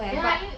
没有 lah 因为